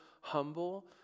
humble